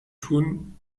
tun